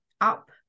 up